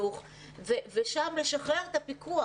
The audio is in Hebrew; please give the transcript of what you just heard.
ושם לשחרר את הפיקוח.